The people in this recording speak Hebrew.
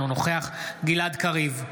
אינו נוכח גלעד קריב,